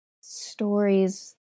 stories